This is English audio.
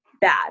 bad